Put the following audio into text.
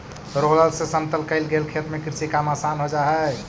roller से समतल कईल गेल खेत में कृषि काम आसान हो जा हई